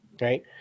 right